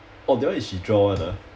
oh that one is she draw [one] ah